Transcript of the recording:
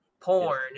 porn